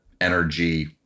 energy